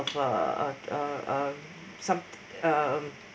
of uh uh um some um